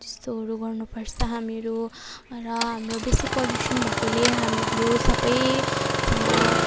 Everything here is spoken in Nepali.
त्यस्तोहरू गर्नु पर्छ हामीहरू र हाम्रो बेसी पल्युसन भएकोले हामीहरू सबैजना